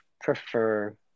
prefer